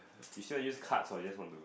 you sure use cards or you just want to